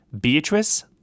Beatrice